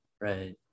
right